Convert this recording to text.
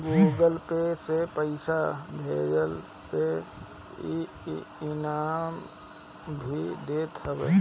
Google pay से पईसा भेजला पे इ इनाम भी देत हवे